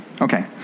Okay